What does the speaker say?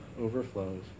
overflows